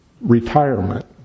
retirement